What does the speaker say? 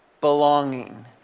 belonging